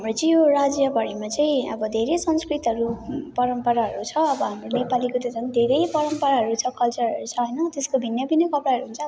हाम्रो चाहिँ यो राज्यभरिमा चाहिँ अब धेरै संस्कृतिहरू परम्पराहरू छ अब हाम्रो नेपालीको त झन् धेरै परम्पराहरू छ कल्चरहरू छ होइन त्यसको भिन्नाभिन्नै कपडाहरू हुन्छ